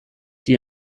die